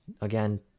Again